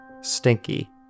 Stinky